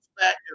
back